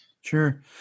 Sure